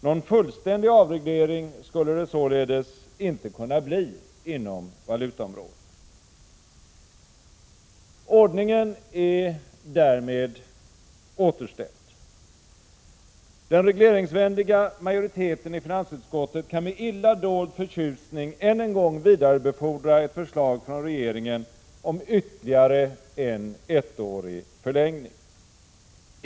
Någon fullständig avreglering skulle det således inte kunna bli inom valutaområdet. Ordningen är därmed återställd. Den regleringsvänliga majoriteten i finansutskottet kan med illa dold förtjusning än en gång vidarebefordra ett förslag från regeringen om ytterligare en ettårig förlängning.